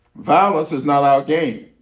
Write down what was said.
violence is not our game.